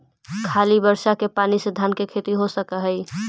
खाली बर्षा के पानी से धान के खेती हो सक हइ?